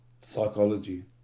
psychology